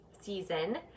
season